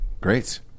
Great